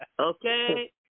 Okay